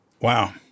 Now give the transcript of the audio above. Wow